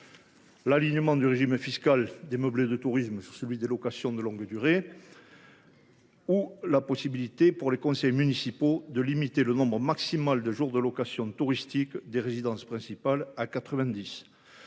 l’alignement du régime fiscal des meublés de tourisme sur celui des locations de longue durée, ainsi qu’à la possibilité, pour les conseils municipaux, de réduire à 90 jours le nombre maximal de jours de location touristique des résidences principales.